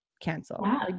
cancel